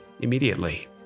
immediately